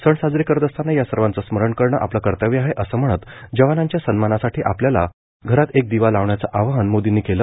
सण साजरे करत असताना या सर्वाचं स्मरण करणं आपलं कर्तव्य आहे असं म्हणत जवानांच्या सन्मानासाठी आपापल्या घरात एक दिवा लावण्याचं आवाहन मोदींनी केलं